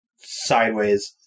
sideways